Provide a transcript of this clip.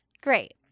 Great